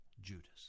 Judas